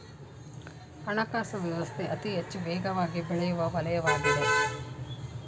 ಹಣಕಾಸು ವ್ಯವಸ್ಥೆ ಅತಿಹೆಚ್ಚು ವೇಗವಾಗಿಬೆಳೆಯುವ ವಲಯವಾಗಿದೆ